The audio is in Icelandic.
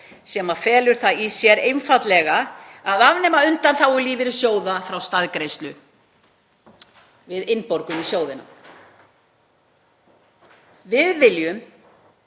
sem felur það í sér einfaldlega að afnema undanþágu lífeyrissjóða frá staðgreiðslu við innborgun í sjóðina. Við viljum